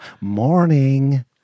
morning